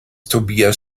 tobias